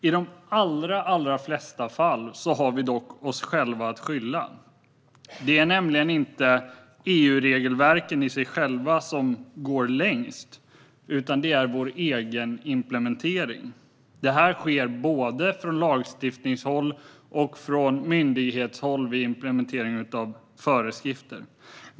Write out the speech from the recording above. I de allra flesta fall har vi dock oss själva att skylla. Det är nämligen inte EU-regelverken i sig själva som går längst, utan det är vår egen implementering. Detta sker både från lagstiftningshåll och från myndighetshåll vid implementering av föreskrifter.